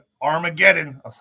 Armageddon